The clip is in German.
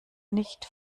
nicht